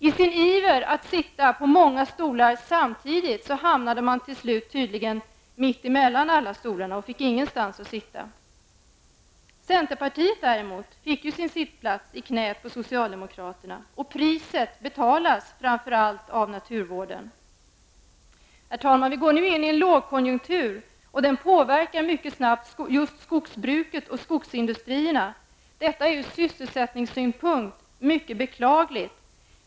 I sin iver att sitta på många stolar samtidigt hamnade folkpartiet tydligen till slut mitt emellan alla stolarna och fick ingenstans att sitta. Centerpartiet däremot fick ju sin sittplats i knät på socialdemokraterna. Och priset betalas framför allt av naturvården. Herr talman! Vi går nu in i en lågkonjunktur, och den påverkar mycket snabbt just skogsbruket och skogsindustrierna. Detta är ur sysselsättningssynpunkt mycket beklagligt.